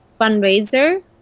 fundraiser